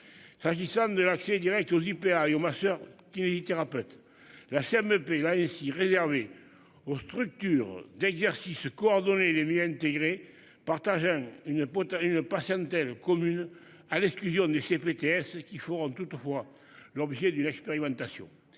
S'agissant de l'accès Direct aux IP ma soeur kinésithérapeute là ça me plaît ici réservé aux structures d'exercice coordonné les miens intégré partageant une pote une patiente telle commune à l'exclusion des CPTS qui feront toutefois l'objet d'une expérimentation.